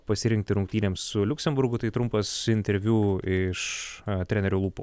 pasirinkti rungtynėms su liuksemburgu tai trumpas interviu iš trenerio lūpų